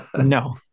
No